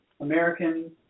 American